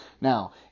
Now